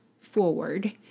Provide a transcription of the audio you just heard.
forward